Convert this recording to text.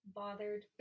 bothered